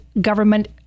government